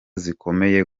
zikomeye